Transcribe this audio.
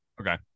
Okay